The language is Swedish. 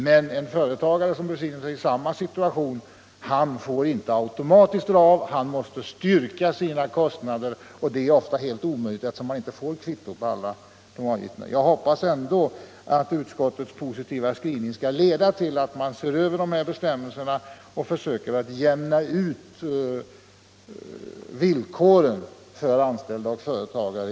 Men en företagare som befinner sig i samma situation får inte automatiskt dra av dessa kostnader utan måste styrka sina utgifter, och det är ofta helt omöjligt eftersom han inte får kvitto på alla poster. Jag hoppas ändå att utskottets positiva skrivning skall leda till att man ser över dessa bestämmelser och försöker förenhetliga villkoren för anställda och företagare.